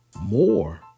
more